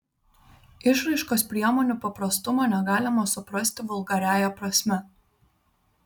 išraiškos priemonių paprastumo negalima suprasti vulgariąja prasme